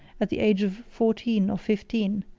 at the age of fourteen or fifteen,